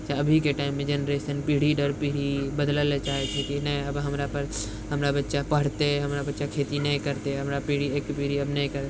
अभीके टाइम मे जेनरेशन पीढ़ी दर पीढ़ी बदलैले चाहे छै कि नहि अब हमरा पर हमरा बच्चा पढ़ते हमरा बच्चा खेती नहि करते हमरा पीढ़ी एक पीढ़ी अब नहि करते